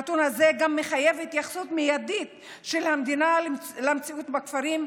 הנתון הזה גם מחייב התייחסות מיידית של המדינה למציאות בכפרים,